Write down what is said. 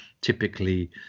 typically